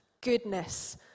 goodness